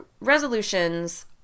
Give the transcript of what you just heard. resolutions